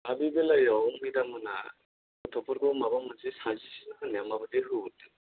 दा बे बेलायाव मेदाममोनहा गथ'फोरखौ माबा मोनसे साजेसन होनाया माबादि होहरदों